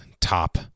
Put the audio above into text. top